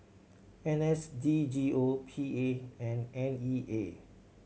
N S D G O P A and N E A